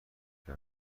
کرده